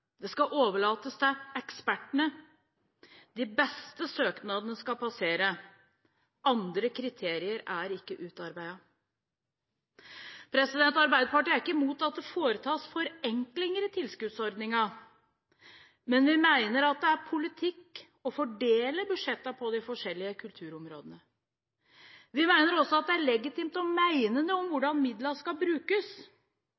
Det skal overlates til ekspertene. De beste søknadene skal passere, andre kriterier er ikke utarbeidet. Arbeiderpartiet er ikke imot at det foretas forenklinger i tilskuddsordningene. Men vi mener at det er politikk å fordele budsjettet på de forskjellige kulturområdene. Vi mener også at det er legitimt å mene noe om